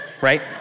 right